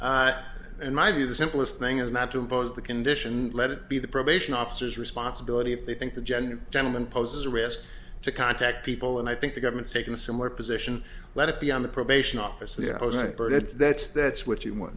simple in my view the simplest thing is not to impose the condition let it be the probation officers responsibility if they think the general gentleman poses a risk to contact people and i think the government's taken a similar position let it be on the probation office there as i birded that's that's what you want